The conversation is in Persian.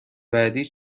بعدی